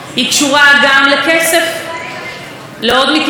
עליזה ניסתה להתגרש מבעלה,